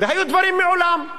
והיו דברים מעולם.